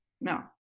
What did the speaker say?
no